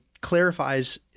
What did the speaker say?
clarifies